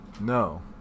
No